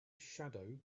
shadow